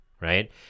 right